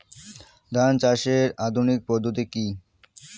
ধান চাষের আধুনিক পদ্ধতি কি?